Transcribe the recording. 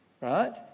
right